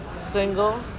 Single